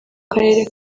karere